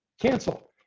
cancel